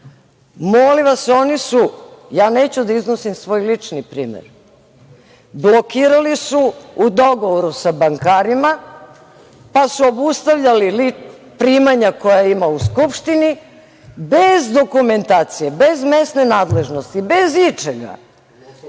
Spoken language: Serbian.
izvršitelja, oni su, ja neću da iznosim svoj lični primer, blokirali su u dogovoru sa bankarima, pa su obustavljali primanja koja ima u Skupštini bez dokumentacije, bez mesne nadležnosti, bez ičega,